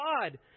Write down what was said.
God